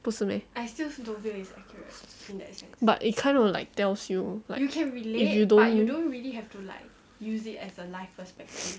不是 meh but it kind of like tells you like if you don't